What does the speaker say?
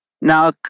Now